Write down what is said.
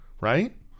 right